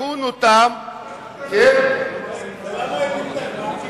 למה הם התנגדו?